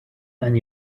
and